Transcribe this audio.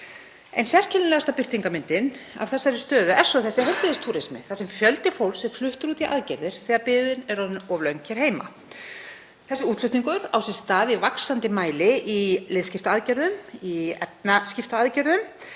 Ein sérkennilegasta birtingarmyndin af þessari stöðu er svo þessi heilbrigðistúrismi þar sem fjöldi fólks er fluttur út í aðgerðir þegar biðin er orðin of löng hér heima. Þessi útflutningur á sér stað í vaxandi mæli í liðskiptaaðgerðum, í efnaskiptaaðgerðum,